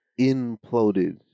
imploded